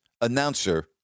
announcer